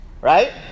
right